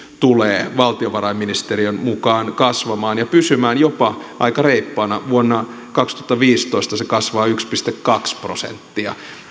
tulee valtiovarainministeriön mukaan kasvamaan ja pysymään jopa aika reippaana vuonna kaksituhattaviisitoista se kasvaa yksi pilkku kaksi prosenttia